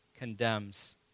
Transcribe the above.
condemns